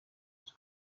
izi